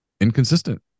inconsistent